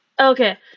Okay